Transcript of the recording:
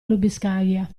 lubiskaja